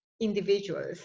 individuals